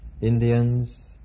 Indians